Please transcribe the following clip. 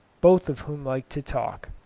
both of whom liked to talk.